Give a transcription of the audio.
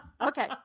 Okay